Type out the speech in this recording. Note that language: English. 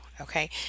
okay